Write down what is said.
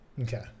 Okay